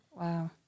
Wow